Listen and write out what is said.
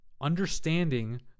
understanding